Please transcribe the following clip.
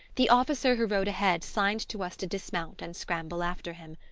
the officer who rode ahead signed to us to dismount and scramble after him.